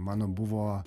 mano buvo